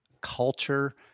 culture